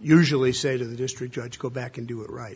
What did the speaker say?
usually say to the district judge go back and do it right